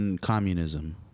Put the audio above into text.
communism